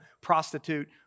prostitute